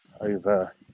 over